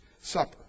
Supper